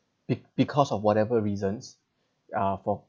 be~ because of whatever reasons uh for